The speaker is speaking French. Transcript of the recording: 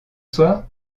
soir